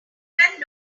went